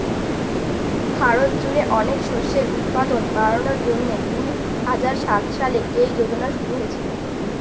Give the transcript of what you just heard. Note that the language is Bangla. ভারত জুড়ে অনেক শস্যের উৎপাদন বাড়ানোর জন্যে দুই হাজার সাত সালে এই যোজনা শুরু হয়েছিল